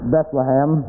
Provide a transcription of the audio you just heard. Bethlehem